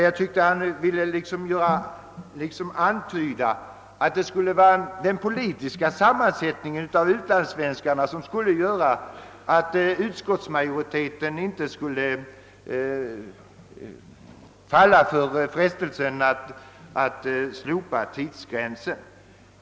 Jag tyckte att han ville antyda att det skulle vara den politiska sammansättningen av utlandssvenskarna, som skulle vara anledningen till att utskottsmajoriteten inte fallit för frestelsen att slopa tidsgränsen.